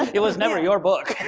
it was never your book.